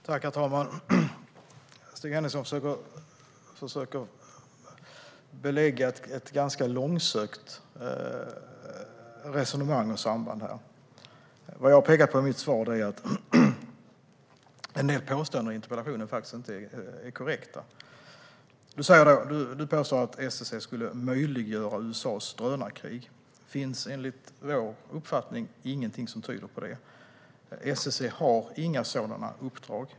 Herr talman! Stig Henriksson försöker belägga ett ganska långsökt resonemang och samband här. Vad jag pekar på i mitt svar är att en del påståenden i interpellationen faktiskt inte är korrekta. Stig Henriksson påstår att SSC skulle möjliggöra USA:s drönarkrig. Det finns enligt vår uppfattning ingenting som tyder på detta. SSC har inga sådana uppdrag.